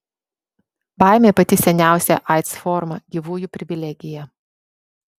baimė pati seniausia aids forma gyvųjų privilegija